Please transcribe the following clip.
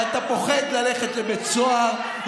ואתה פוחד ללכת לבית סוהר.